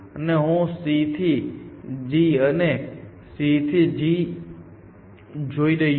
હું અહીં C થી G અને અહીં C થી G જઈ રહ્યો છું